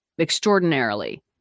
extraordinarily